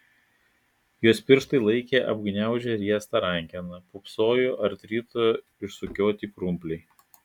jos pirštai laikė apgniaužę riestą rankeną pūpsojo artrito išsukioti krumpliai